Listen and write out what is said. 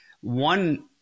one